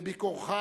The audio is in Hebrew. בביקורך,